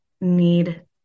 need